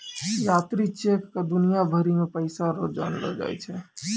यात्री चेक क दुनिया भरी मे पैसा रो जानलो जाय छै